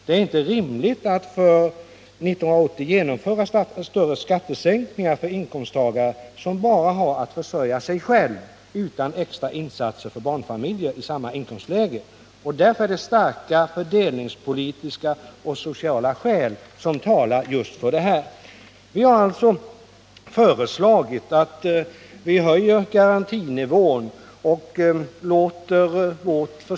Det är inte rimligt att för 1980 genomföra större skattesänkningar för inkomsttagare som bara har att försörja sig själva utan att göra extra insatser för barnfamiljer i samma inkomstläge. Det är därför starka fördelningspolitiska och sociala skäl som talar för en sådan omfördelning. Vi haralltså föreslagit att man skulle höja garantinivån från 32 till 37 kr.